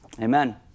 Amen